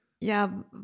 Ja